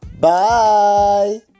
Bye